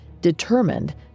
Determined